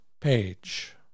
page